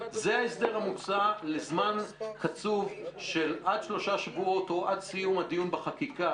זה ההסדר המוצע לזמן קצוב של עד שלושה שבועות או עד סיום הדיון בחקיקה,